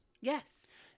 yes